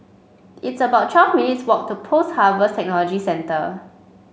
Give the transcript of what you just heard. it's about twelve minutes' walk to Post Harvest Technology Centre